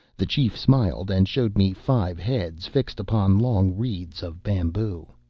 the chief smiled, and showed me five heads fixed upon long reeds of bamboo.